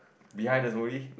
behind the smoothie